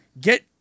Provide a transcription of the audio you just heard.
get